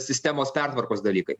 sistemos pertvarkos dalykai